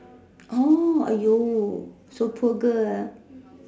orh !aiyo! so poor girl ah